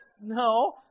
No